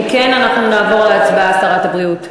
אם כן, אנחנו נעבור להצבעה, שרת הבריאות.